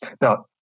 Now